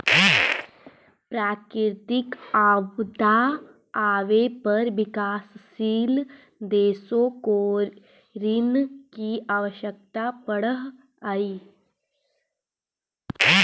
प्राकृतिक आपदा आवे पर विकासशील देशों को ऋण की आवश्यकता पड़अ हई